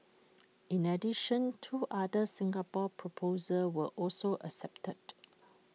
in addition two other Singapore proposals were also accepted